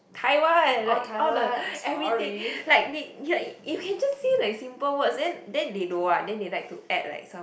Taiwan like all the everything like you like you can just say the simple words then then they don't want then they like to add like some